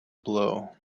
blow